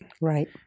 right